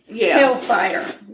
hellfire